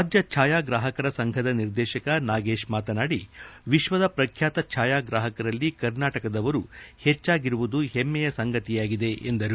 ರಾಜ್ಯ ಛಾಯಾಗ್ರಾಹಕರ ಸಂಘದ ನಿರ್ದೇಶಕ ನಾಗೇಶ್ ಮಾತನಾಡಿ ವಿಶ್ವದ ಪ್ರಖ್ಯಾತ ಛಾಯಾಗ್ರಾಹಕರಲ್ಲಿ ಕರ್ನಾಟಕದವರು ಹೆಚ್ಚಾಗಿರುವುದು ಹೆಮ್ಮೆಯ ಸಂಗತಿಯಾಗಿದೆ ಎಂದರು